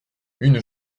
une